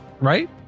right